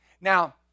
Now